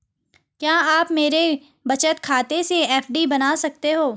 क्या आप मेरे बचत खाते से एफ.डी बना सकते हो?